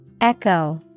Echo